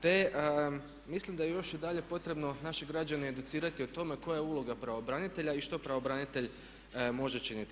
Te mislim da je još i dalje potrebno naše građane educirati o tome koja je uloga pravobranitelja i što pravobranitelj može činiti.